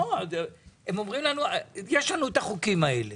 יש לנו את החוקים האלה,